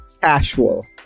Casual